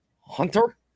Hunter